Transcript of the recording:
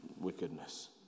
wickedness